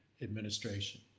administration